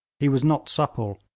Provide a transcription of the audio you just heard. he was not supple,